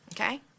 Okay